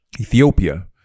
Ethiopia